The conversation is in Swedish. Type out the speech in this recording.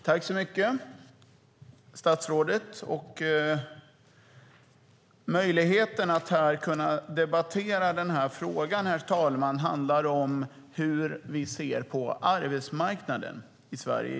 Herr talman! Jag tackar statsrådet. Den här debatten handlar om hur vi ser på arbetsmarknaden i Sverige.